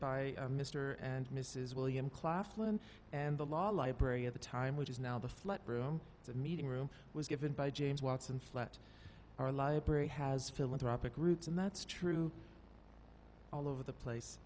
by mr and mrs william claflin and the law library at the time which is now the flat room the meeting room was given by james watson flat our library has philanthropic roots and that's true all over the place